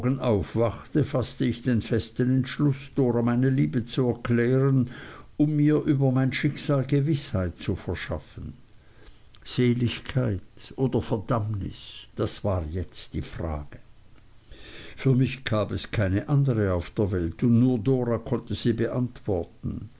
aufwachte faßte ich den festen entschluß dora meine liebe zu erklären um mir über mein schicksal gewißheit zu verschaffen seligkeit oder verdammnis das war jetzt die frage für mich gab es keine andere auf der welt und nur dora konnte sie beantworten